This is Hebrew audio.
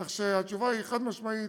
כך שהתשובה היא חד-משמעית,